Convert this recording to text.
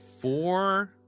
four